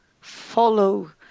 follow